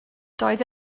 doedd